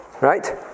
Right